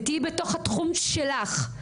ותהיי בתוך התחום שלך.